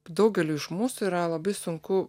daugeliui iš mūsų yra labai sunku